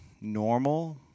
normal